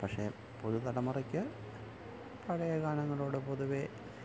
പക്ഷെ പുതു തലമുറയ്ക്ക് പഴയ ഗാനങ്ങളോടു പൊതുവെ